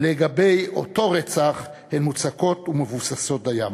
לגבי אותו רצח הן מוצקות ומבוססות דיין.